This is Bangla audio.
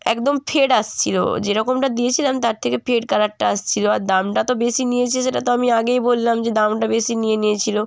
একদম ফেড আসছিল যেরকমটা দিয়েছিলাম তার থেকে ফেড কালারটা আসছিল আর দামটা তো বেশি নিয়েছে সেটা তো আমি আগেই বললাম যে দামটা বেশি নিয়ে নিয়েছিল